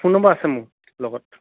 phone number আছে মোৰ লগত